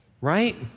Right